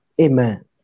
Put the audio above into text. Amen